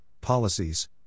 policies